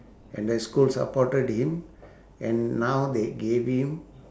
and the school supported him and now they gave him